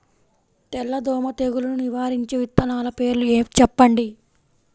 తెల్లదోమ తెగులును నివారించే విత్తనాల పేర్లు చెప్పండి?